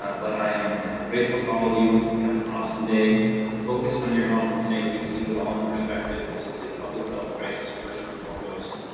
ah but i am grateful to all of you have an awesome day focus on your health and safety keep it all in perspective. this is a public health crisis first and foremost,